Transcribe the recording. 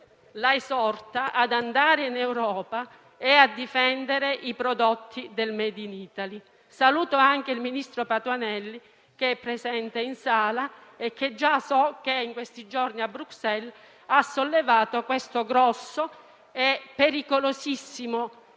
Presidente, ad andare in Europa a difendere i prodotti del *made in Italy.* Saluto anche il ministro Patuanelli, presente in Aula, che già so che in questi giorni a Bruxelles ha sollevato questo rilevante e pericolosissimo fenomeno